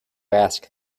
ask